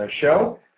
show